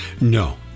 No